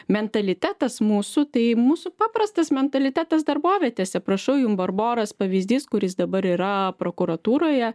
mentalitetas mūsų tai mūsų paprastas mentalitetas darbovietėse prašau jum barboros pavyzdys kuris dabar yra prokuratūroje